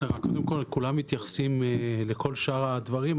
קודם כול, כולם מתייחסים לכל שאר הדברים.